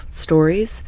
stories